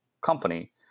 company